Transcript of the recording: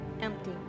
empty